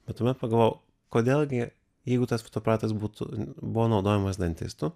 bet tuomet pagalvojau kodėl gi jeigu tas fotoaparatas būtų buvo naudojamas dantistų